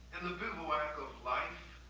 in the bivouac of life,